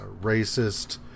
racist